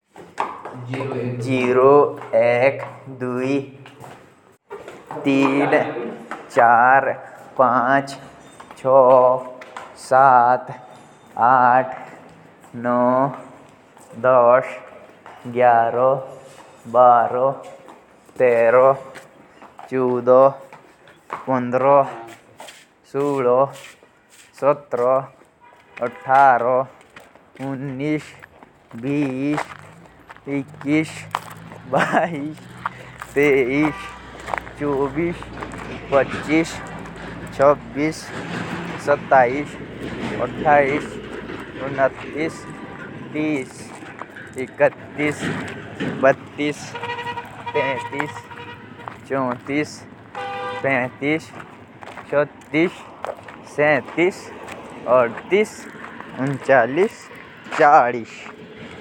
ज़ीरो, एक, दुई, तीन, चार, पाँच, छः, सात, आठ, नौ, दस, क्यारह, बारह, तेहर, चौद, पंद्रह।